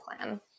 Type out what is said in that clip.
plan